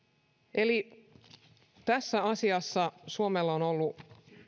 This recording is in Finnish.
eli tässä asiassa suomella on ollut